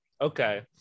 Okay